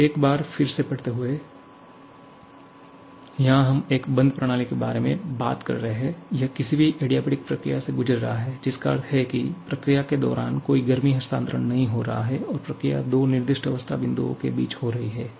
इसे एक बार फिर से पढ़ते हुए यहां हम एक बंद प्रणाली के बारे में बात कर रहे हैं यह किसी भी एडियाबेटिक प्रक्रिया से गुजर रहा है जिसका अर्थ है कि प्रक्रिया के दौरान कोई गर्मी हस्तांतरण नहीं हो रहा है और प्रक्रिया दो निर्दिष्ट अवस्था बिंदुओं के बीच हो रही है